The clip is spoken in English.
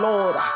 Lord